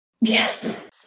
Yes